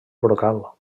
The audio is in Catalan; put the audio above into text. brocal